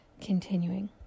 Continuing